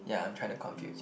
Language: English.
yeah I'm trying to confuse you